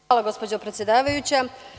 Hvala gospođo predsedavajuća.